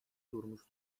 durmuş